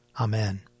Amen